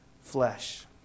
flesh